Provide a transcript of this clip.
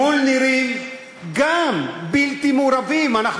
נא לא להפריע לדובר.